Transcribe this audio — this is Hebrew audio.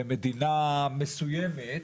במדינה מסוימת,